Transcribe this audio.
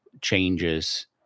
changes